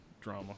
drama